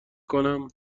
کنم